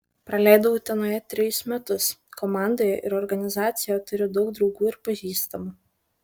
praleidau utenoje trejus metus komandoje ir organizacijoje turiu daug draugų ir pažįstamų